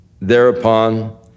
thereupon